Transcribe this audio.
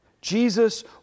Jesus